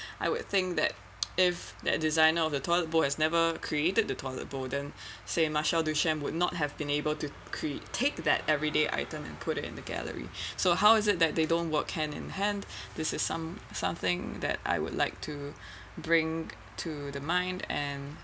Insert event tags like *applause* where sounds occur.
I would think that if that designer of the toilet bowl has never created the toilet bowl then *breath* same marcel duchamp would not have been able to create take that everyday item and put it in the gallery *breath* so how is it that they don't work hand in hand this is some something that I would like to *breath* bring to the mind and